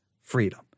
freedom